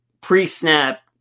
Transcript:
pre-snap